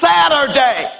Saturday